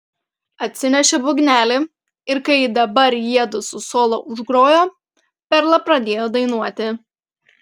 atsinešė būgnelį ir kai dabar jiedu su solo užgrojo perla pradėjo dainuoti